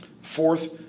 Fourth